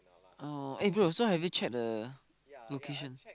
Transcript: oh eh bro so have you checked the location